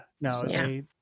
no